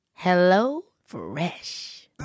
HelloFresh